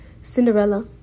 Cinderella